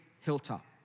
hilltop